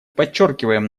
подчеркиваем